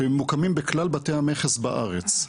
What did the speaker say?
שהם מוקמים בכלל בתי המכס בארץ,